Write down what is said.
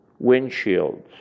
windshields